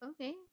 okay